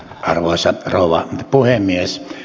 arvoisa rouva puhemies